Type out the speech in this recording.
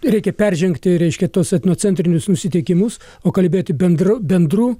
reikia peržengti reiškia tos etnocentrinius nusiteikimus o kalbėti bendru bendru